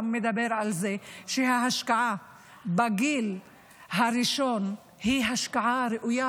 מדברים על זה שההשקעה בגיל הראשון היא השקעה ראויה,